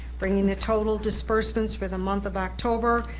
bringing the total disbursements for the month of october,